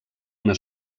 una